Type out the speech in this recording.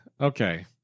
Okay